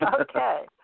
Okay